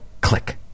click